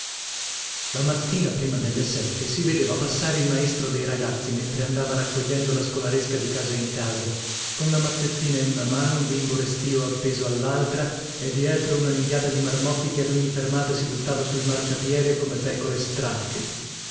la mattina prima delle sette si vedeva passare il maestro dei ragazzi mentre andava raccogliendo la scolaresca di casa in casa con la mazzettina in una mano un bimbo restío appeso allaltra e dietro una nidiata di marmocchi che ad ogni fermata si buttava sul marciapiede come pecore stracche